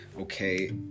Okay